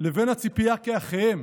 לבין הציפייה כי אחיהם,